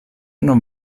non